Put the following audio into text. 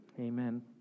Amen